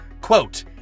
Quote